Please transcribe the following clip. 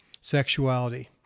sexuality